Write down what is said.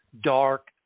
dark